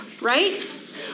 right